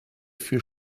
für